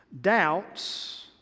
Doubts